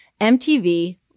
MTV